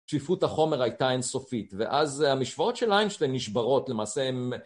צפיפות החומר הייתה אינסופית ואז המשוואות של איינשטיין נשברות למעשה הם..